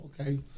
okay